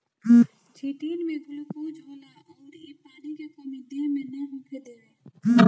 chitin में glucose होला अउर इ पानी के कमी देह मे ना होखे देवे